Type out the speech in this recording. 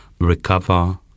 Recover